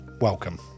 welcome